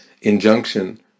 injunction